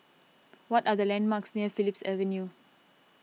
what are the landmarks near Phillips Avenue